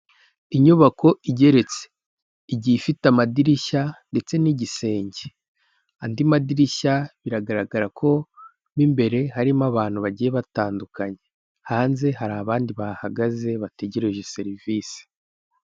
Inyubako igeretse igiye ifite amadirishya ndetse n'igisenge, andi madirishya biragaragara ko mo imbere harimo abantu bagiye batandukanye, hanze hari abandi bahagaze bategereje serivisi